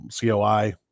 COI